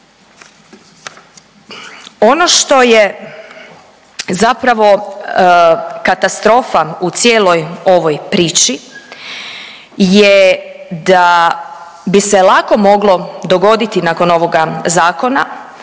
Ono što je zapravo katastrofa u cijeloj ovoj priči je da bi se lako moglo dogoditi nakon ovoga zakona